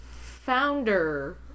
founder